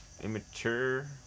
immature